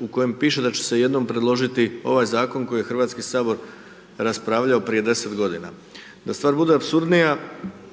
u kojem piše da će se jednom predložiti ovaj Zakon koji je HS raspravljao prije 10 godina. Da stvar bude apsurdnija,